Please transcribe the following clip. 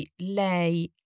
lei